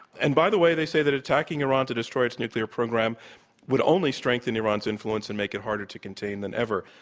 and, by the way, they say that attacking iran to destroy its nuclear program would only strengthen iran's influence and make it harder to contain than ever.